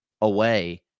away